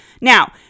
Now